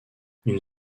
une